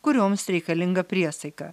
kurioms reikalinga priesaika